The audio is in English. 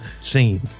Scene